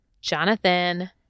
Jonathan